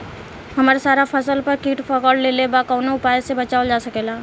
हमर सारा फसल पर कीट पकड़ लेले बा कवनो उपाय से बचावल जा सकेला?